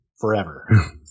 forever